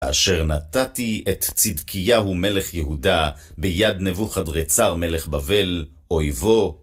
אשר נתתי את צדקיהו מלך יהודה ביד נבוכדראצר מלך בבל, אויבו.